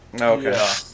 Okay